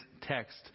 text